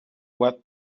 what